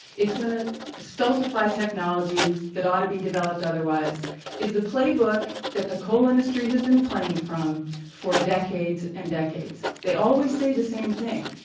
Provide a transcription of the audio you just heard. it's going to stultify technology that ought to be developed otherwise is the playbook that the coal industry has been playing from for decades and decades. they always say the same thing.